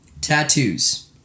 tattoos